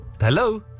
Hello